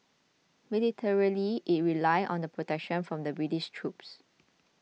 militarily it relied on the protection from the British troops